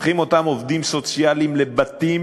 הולכים אותם עובדים סוציאליים לבתים